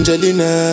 Angelina